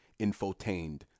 infotained